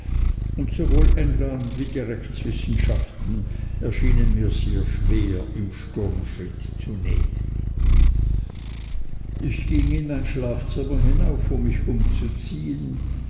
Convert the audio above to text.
und sowohl england wie die rechtswissenschaften erschienen mir sehr schwer im sturmschritt zu nehmen ich ging in mein schlafzimmer hinauf um mich umzuziehen